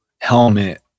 helmet